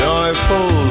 Joyful